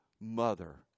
mother